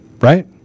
right